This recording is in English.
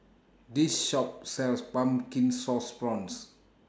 This Shop sells Pumpkin Sauce Prawns